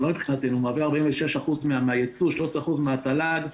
הוא מהווה 46% מהיצוא, 13% מהתל"ג.